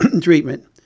treatment